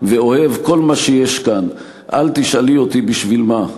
ואוהב כל מה שיש כאן / אל תשאלי אותי בשביל מה.